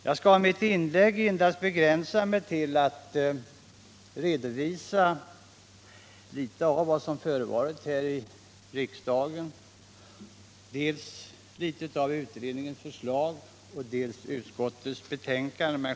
Jag skall i mitt inlägg endast redovisa litet av vad som förevarit här i riksdagen samt utredningens förslag, propositionen och utskottets betänkande.